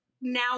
now